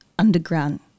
Underground